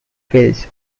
fields